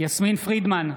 יסמין פרידמן,